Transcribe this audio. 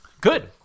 good